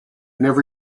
never